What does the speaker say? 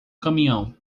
caminhão